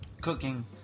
cooking